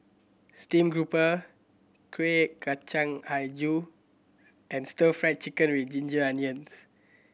steamed grouper Kuih Kacang Hijau and Stir Fried Chicken With Ginger Onions